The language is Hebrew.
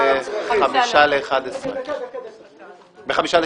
רביזיה ב-11:55.